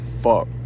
fuck